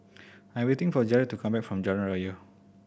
I'm waiting for Jarrett to come back from Jalan Raya